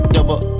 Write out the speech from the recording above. Double